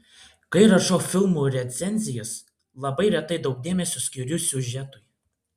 kai rašau filmų recenzijas labai retai daug dėmesio skiriu siužetui